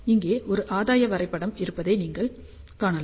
இங்கே ஒரு ஆதாய வரைப்படம் இருப்பதை நீங்கள் காணலாம்